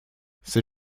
ces